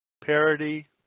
Parity